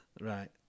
Right